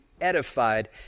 edified